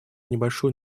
небольшую